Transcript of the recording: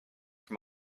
from